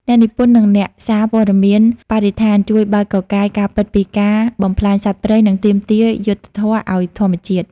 អ្នកនិពន្ធ និងអ្នកសារព័ត៌មានបរិស្ថាន ជួយបើកកកាយការពិតពីការបំផ្លាញសត្វព្រៃ និងទាមទារយុត្តិធម៌ឱ្យធម្មជាតិ។